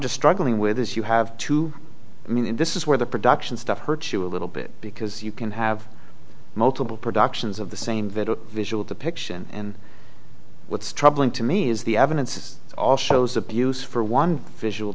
just struggling with is you have to mean and this is where the production stuff hurts you a little bit because you can have multiple productions of the same video visual depiction and what's troubling to me is the evidence all shows abuse for one visual